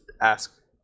ask